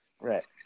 Right